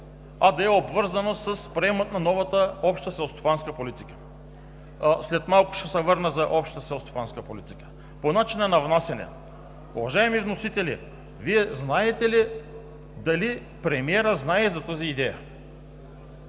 а да е обвързан с приемането на новата Обща селскостопанска политика. След малко ще се върна на Общата селскостопанска политика. По начина на внасяне. Уважаеми вносители, Вие знаете ли дали премиерът знае за тази идея,